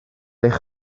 eich